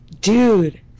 Dude